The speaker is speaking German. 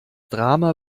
drama